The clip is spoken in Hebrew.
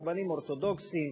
ורבנים אורתודוקסים,